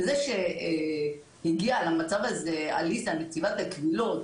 העובדה שעליזה, נציבת הקבילות,